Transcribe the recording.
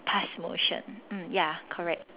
pass motion mm ya correct